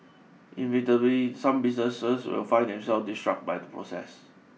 inevitably some businesses will find themselves disrupt by the process